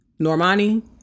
Normani